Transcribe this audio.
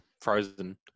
frozen